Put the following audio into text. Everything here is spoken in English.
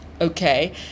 Okay